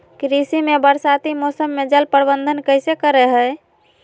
कृषि में बरसाती मौसम में जल प्रबंधन कैसे करे हैय?